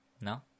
No